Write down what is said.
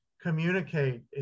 communicate